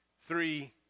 three